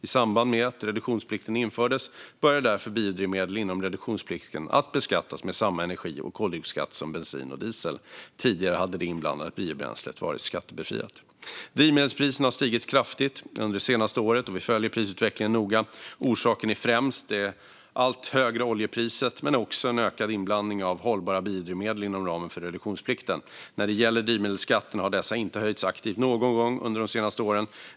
I samband med att reduktionsplikten infördes började därför biodrivmedel inom reduktionsplikten att beskattas med samma energi och koldioxidskatt som bensin och diesel. Tidigare hade det inblandade biobränslet varit skattebefriat. Drivmedelspriserna har stigit kraftigt under det senaste året, och vi följer prisutvecklingen noga. Orsaken är främst det allt högre oljepriset, men också en ökad inblandning av hållbara biodrivmedel inom ramen för reduktionsplikten. När det gäller drivmedelsskatterna har dessa inte höjts aktivt någon gång under de senaste åren.